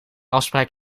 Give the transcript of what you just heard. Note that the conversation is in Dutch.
afspraak